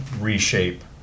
reshape